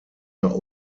der